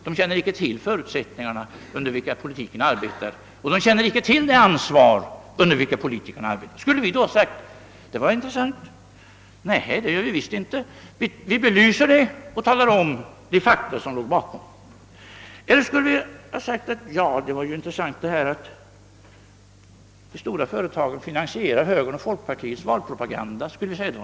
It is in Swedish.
De känner inte till de förutsättningar och det ansvar under vilket politikerna arbetar. Eller skulle jag bara ha sagt: Det var intressant att höra att de stora företagen finansierar högerns och folkpartiets valkampanj.